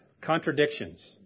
contradictions